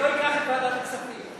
שלא ייקח את ועדת הכספים.